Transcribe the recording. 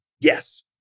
yes